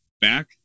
back